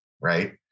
right